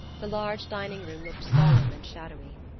the large dining-room looked solemn and shadowy.